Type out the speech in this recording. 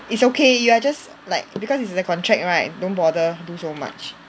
it's okay you are just like because it's in the contract right don't bother do so much